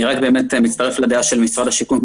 אני רק מצטרף לדעה של משרד השיכון,